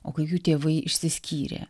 o kai jų tėvai išsiskyrė